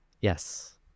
Yes